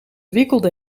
wikkelde